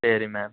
சரி மேம்